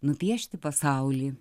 nupiešti pasaulį